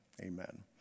Amen